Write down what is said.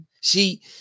See